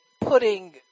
putting